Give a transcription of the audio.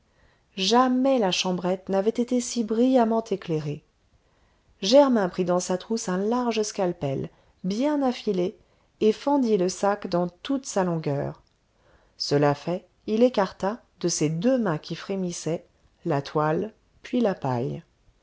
jamais la chambrette n'avait été si brillamment éclairée germain prit dans sa trousse un large scapel bien affilé et fendit le sac dans toute sa longueur cela fait il écarta de ses deux mains qui frémissaient la toile puis la paille